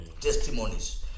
Testimonies